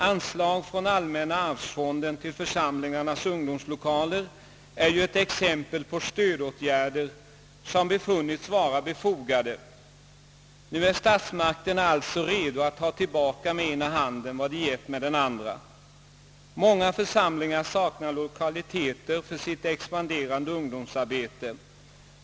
Anslag från allmänna arvsfonden till församlingarnas ungdomslokaler är ett exempel på stödåtgärder som ansetts vara befogade. Nu är statsmakterna alltså redo att ta tillbaka med den ena handen vad de givit med den andra. Många församlingar saknar lokaliteter för sitt expanderande ungdomsarbete.